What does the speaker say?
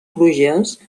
crugies